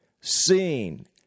seen